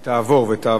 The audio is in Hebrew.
6) (הארכת תוקף של הוראת השעה לעניין חקירת חשוד בעבירות ביטחון),